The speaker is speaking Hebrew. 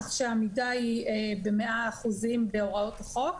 כך שהעמידה היא ב-100% בהוראות החוק,